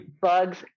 bugs